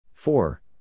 four